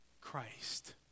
Christ